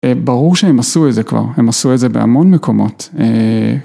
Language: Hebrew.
ברור שהם עשו את זה כבר, הם עשו את זה בהמון מקומות.